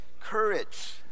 Courage